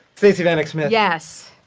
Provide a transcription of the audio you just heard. stacey vanek smith. yes.